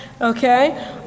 Okay